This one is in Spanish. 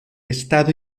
estado